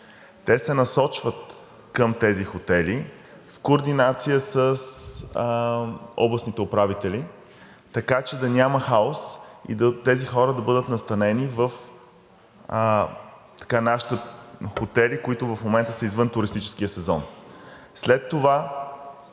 Те се насочват към тези хотели в координация с областните управители, така че да няма хаос и тези хора да бъдат настанени в нашите хотели, които в момента са извън туристическия сезон. След това